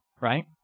right